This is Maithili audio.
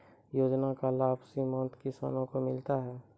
योजना का लाभ सीमांत किसानों को मिलता हैं?